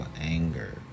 anger